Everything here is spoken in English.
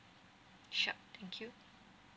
sure thank you